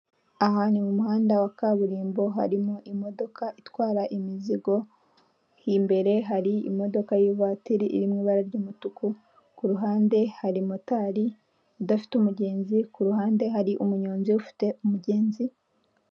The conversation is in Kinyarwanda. Aha ni mu muhanda wa kaburembo. Harimo imodoka itwara imizigo, imbere hari imodoka y'ivatiri iru mu ibara ry'umutuku. Ku ruhande hari motari udafite umugenzi, ku ruhande hari umunyonzi ufite umugenzi